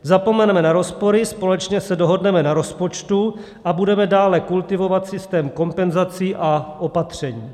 Zapomeneme na rozpory, společně se dohodneme na rozpočtu a budeme dále kultivovat systém kompenzací a opatření.